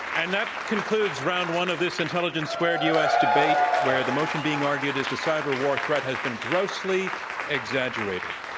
and that concludes round one of this intelligence squared u. s. debate where the motion being argued is the cyber war threat has been grossly exaggerated.